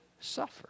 suffer